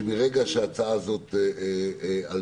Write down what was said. שמרגע שההצעה הזו עלתה